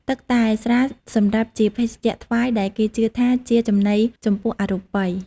ទឹកតែ ស្រាសម្រាប់ជាភេសជ្ជៈថ្វាយ ដែលគេជឿថាជាចំណីចំពោះអរូបិយ។